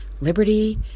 liberty